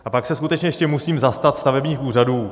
A pak se skutečně musím ještě zastat stavebních úřadů.